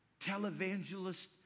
televangelist